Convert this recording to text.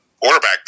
quarterback